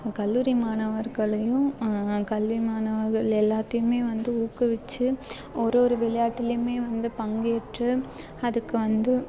கல்லூரி மாணவர்களையும் கல்வி மாணவர்கள் எல்லாருகிட்டையுமே வந்து ஊக்கவிச்சு ஒரு ஒரு விளையாட்டுலையுமே வந்து பங்கேற்று அதுக்கு வந்து